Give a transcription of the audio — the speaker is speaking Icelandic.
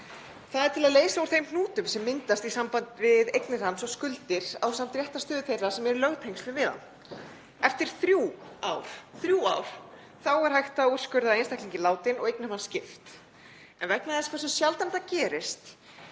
Það er til að leysa úr þeim hnútum sem myndast í sambandi við eignir hans og skuldir, ásamt réttarstöðu þeirra sem eru í lögtengslum við hann. Eftir þrjú ár er hægt að úrskurða einstaklinginn látinn og skipta eignum hans en vegna þess hversu sjaldan það gerist